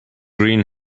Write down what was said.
گرین